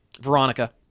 Veronica